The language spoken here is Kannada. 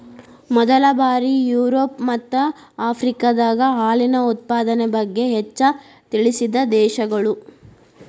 ಮೊದಲ ಬಾರಿ ಯುರೋಪ ಮತ್ತ ಆಫ್ರಿಕಾದಾಗ ಹಾಲಿನ ಉತ್ಪಾದನೆ ಬಗ್ಗೆ ಹೆಚ್ಚ ತಿಳಿಸಿದ ದೇಶಗಳು